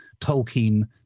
Tolkien